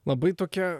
labai tokia